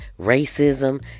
racism